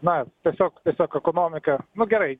na tiesiog tiesiog ekonomika nu gerai